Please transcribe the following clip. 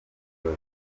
zera